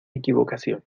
equivocación